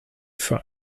für